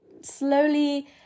slowly